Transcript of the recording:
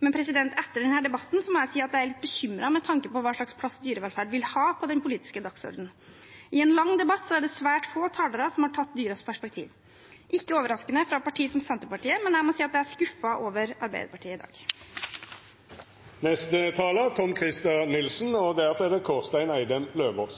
Men etter denne debatten må jeg si at jeg er litt bekymret med tanke på hva slags plass dyrevelferd vil ha på den politiske dagsordenen. I en lang debatt er det svært få talere som har tatt dyrenes perspektiv. Det er ikke overraskende fra et parti som Senterpartiet, men jeg må si at jeg er skuffet over Arbeiderpartiet i dag. Tillat meg å reagere på at noen reagerer. La